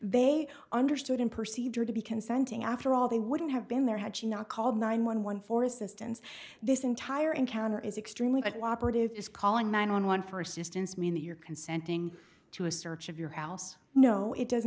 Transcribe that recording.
they understood and perceived her to be consenting after all they wouldn't have been there had she not called nine one one for assistance this entire encounter is extremely operative is calling nine hundred one for assistance mean that your consenting to a search of your house no it does